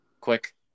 quick